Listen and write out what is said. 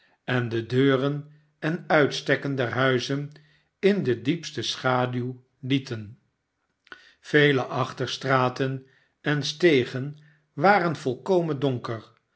en de deuren en uitstekken der huizen in de diepste schaduw lieten vele achterstraten en stegen waren volkomen donker